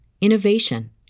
innovation